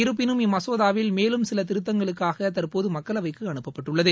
இருப்பினும் இம்மசோதாவில் மேலும் சில திருத்தங்களுக்காக தற்போது மக்களவைக்கு அனுப்பப்பட்டுள்ளது